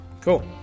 Cool